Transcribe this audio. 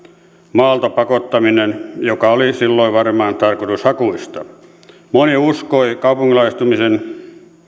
maalta pakottaminen joka oli silloin varmaan tarkoitushakuista moni uskoi kaupunkilaistumisen